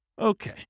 Okay